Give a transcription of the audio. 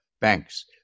banks